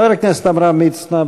חבר הכנסת עמרם מצנע,